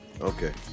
Okay